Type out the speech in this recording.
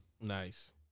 Nice